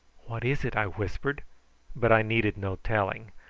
what is it? i whispered but i needed no telling,